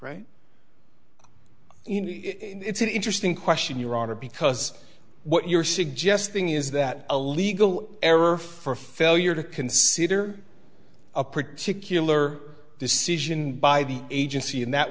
know it's an interesting question your honor because what you're suggesting is that a legal error for failure to consider a particular decision by the agency and that